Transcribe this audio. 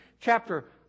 chapter